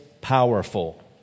powerful